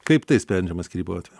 kaip tai sprendžiama skyrybų atveju